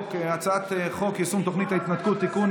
הצעת חוק יישום תוכנית ההתנתקות (תיקון,